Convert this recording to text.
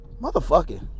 Motherfucking